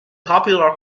popular